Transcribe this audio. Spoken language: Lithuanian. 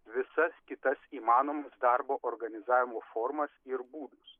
visas kitas įmanomas darbo organizavimo formas ir būdus